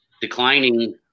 declining